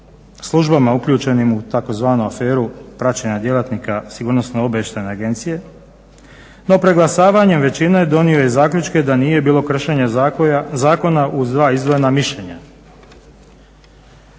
službama uključenim u tzv. aferu praćenja djelatnika Sigurnosno-obavještajne agencije no preglasavanjem većine donio je zaključke da nije bilo kršenja zakona uz dva izdvojena mišljenja.